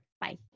Bye